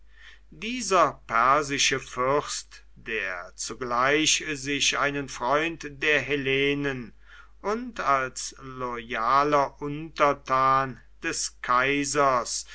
dieser persische fürst der zugleich sich einen freund der hellenen und als loyaler untertan des kaisers